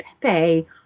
Pepe